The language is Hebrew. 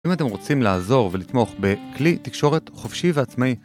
אם אתם רוצים לעזור ולתמוך בכלי תקשורת חופשי ועצמאי